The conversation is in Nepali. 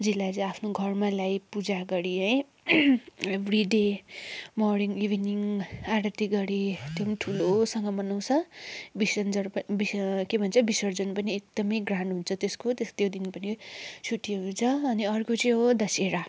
जीलाई चाहिँ आफ्नो घरमा ल्याइ पूजा गरी है एभ्री डे मर्निङ इभिनिङ आरती गरी त्यो पनि ठुलोसँग मनाउँछ विसर्जन के भन्छ विसर्जन पनि एकदमै ग्रान्ड हुन्छ त्यसको त्यो दिन पनि छुट्टी हुन्छ अनि अर्को चाहिँ हो दशहरा